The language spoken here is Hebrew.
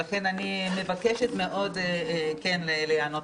הגיע הזמן אני שמחה מאוד שמרגי לקח את זה.